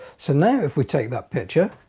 so now if we take that picture